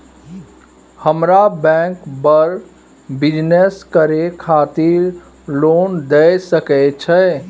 हमरा बैंक बर बिजनेस करे खातिर लोन दय सके छै?